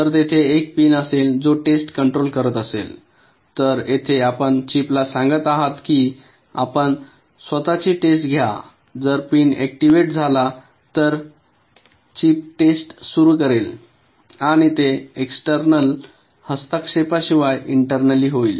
तर तेथे एक पिन असेल जो टेस्ट कंट्रोल करत असेल तर येथे आपण चिपला सांगत आहात की आता आपण स्वत ची टेस्ट घ्या जर पिन ऍक्टिव्हेट झाला तर चिप टेस्ट सुरू करेल आणि ते एक्सटेर्नल हस्तक्षेपाशिवाय इंटर्नॅली होईल